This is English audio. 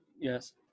yes